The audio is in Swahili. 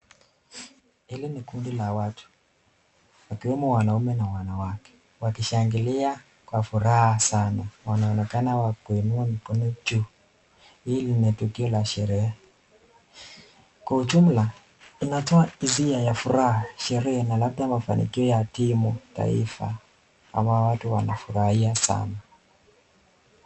Hili ni kundi la watu wakiwemo wanaume na wanawake wakishangilia kwa furaha sana. Wanaonekana wakiinua mikono juu. Hili ni tukio la sherehe. Kwa ujumla inatoa hizia ya furaha, sherehe na labda mafanikio ya timu taifa, hawa watu wanafurahia sana.